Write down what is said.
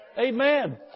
Amen